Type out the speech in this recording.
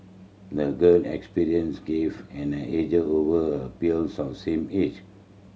the girl experiences gave an edge over her peers of the same age